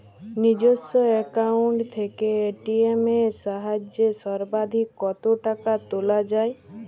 নিজস্ব অ্যাকাউন্ট থেকে এ.টি.এম এর সাহায্যে সর্বাধিক কতো টাকা তোলা যায়?